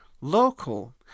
local